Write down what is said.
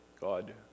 God